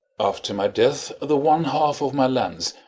after my death, the one half of my lands,